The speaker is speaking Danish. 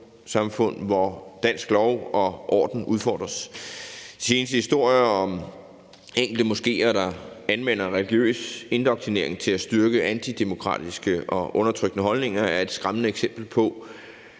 parallelsamfund, hvor dansk lov og orden udfordres. De seneste historier om enkelte moskéer, der anvender religiøs indoktrinering til at styrke antidemokratiske og undertrykkende holdninger, er et skræmmende eksempel på,